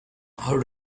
how